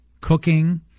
cooking